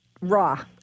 raw